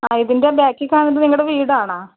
ആ ഇതിൻ്റെ ബാക്കി കാണുന്നത് നിങ്ങളുടെ വീടാണേ